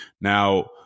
Now